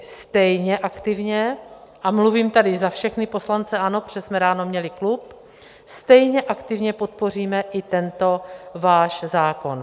Stejně aktivně, a mluvím tady za všechny poslance ANO, protože jsme ráno měli klub, stejně aktivně podpoříme i tento váš zákon.